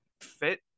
fit